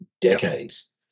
decades